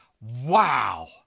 Wow